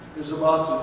is about